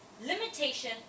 limitation